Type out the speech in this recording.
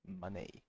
money